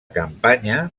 campanya